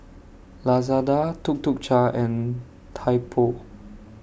Lazada Tuk Tuk Cha and Typo